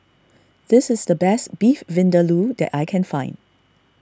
this is the best Beef Vindaloo that I can find